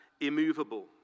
immovable